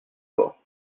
fort